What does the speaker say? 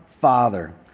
Father